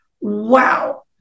wow